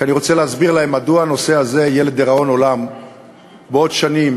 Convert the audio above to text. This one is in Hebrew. כי אני רוצה להסביר להם מדוע הנושא הזה יהיה לדיראון עולם בעוד שנים,